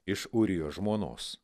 iš urijo žmonos